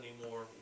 anymore